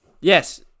Yes